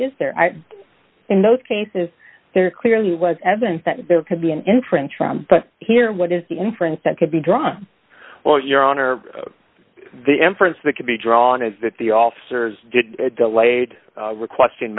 is there in those cases there clearly was evidence that there could be an inference from here what is the inference that could be drawn or your honor the inference that can be drawn is that the officers did delayed requesti